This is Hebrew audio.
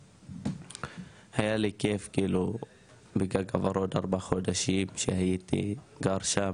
היה לי כיף ב"גג הוורוד" ארבע חודשים שהייתי גר שמה,